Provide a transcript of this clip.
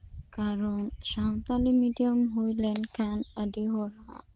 ᱠᱟᱨᱚᱱ ᱥᱟᱱᱛᱟᱲᱤ ᱢᱮᱰᱤᱭᱟᱢ ᱦᱩᱭ ᱞᱮᱱᱠᱷᱟᱱ ᱟᱹᱰᱤ ᱦᱚᱲ